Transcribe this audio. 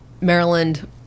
Maryland